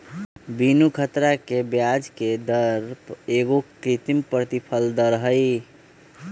बीनू ख़तरा के ब्याजके दर एगो कृत्रिम प्रतिफल दर हई